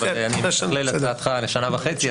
אבל אני משכלל להצעתך לשנה וחצי.